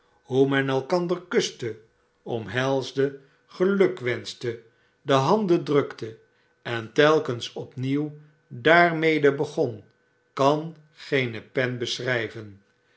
hoe men elkander kuste omhelsde gelukwenschte de handen drukte en telkens opnieuw daarmede begon kan geene pen beschrijven